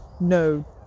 no